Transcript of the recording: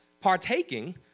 partaking